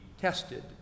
tested